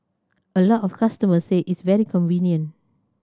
a lot of customers said it's very convenient